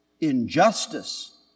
injustice